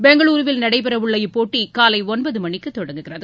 பெங்களுருவில் நடைபெறவுள்ள இப்போட்டி காலை ஒன்பது மணிக்கு தொடங்குகிறது